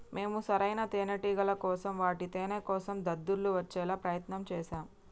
మేము సరైన తేనేటిగల కోసం వాటి తేనేకోసం దద్దుర్లు వచ్చేలా ప్రయత్నం చేశాం